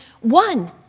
one